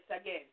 again